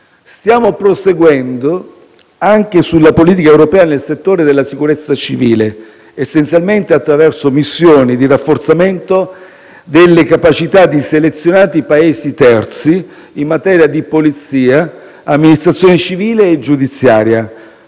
Stiamo proseguendo anche sulla politica europea nel settore della sicurezza civile, essenzialmente attraverso missioni di rafforzamento delle capacità di selezionati Paesi terzi in materia di polizia e amministrazione civile e giudiziaria.